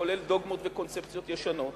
כולל דוגמות וקונספציות ישנות.